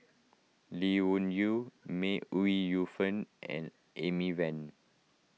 Lee Wung Yew May Ooi Yu Fen and Amy Van